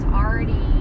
already